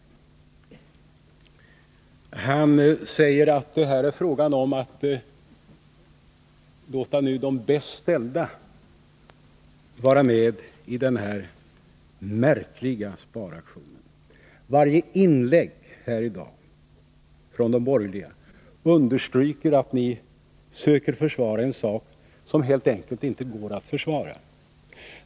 För det andra säger han att det är fråga om att låta de bäst ställda vara med för att klara denna märkliga sparaktion. Det håller ju inte. Varje inlägg här i dag från de borgerliga understryker att ni försöker försvara en sak som helt enkelt inte går att försvara.